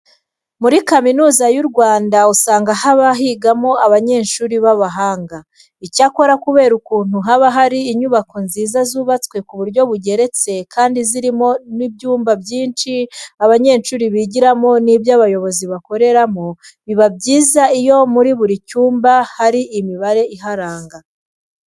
Muri Kaminuza y'u Rwanda usanga haba higamo abanyeshuri b'abahanga. Icyakora kubera ukuntu haba hari inyubako nziza zubatswe ku buryo bugeretse kandi zirimo n'ibyumba byinshi abanyeshuri bigiramo n'ibyo abayobozi bakoreramo, biba byiza iyo muri buri cyumba hari imibare iharanga.